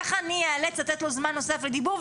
ככה אני איאלץ לתת לו זמן נוסף לדיבור,